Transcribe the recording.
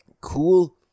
cool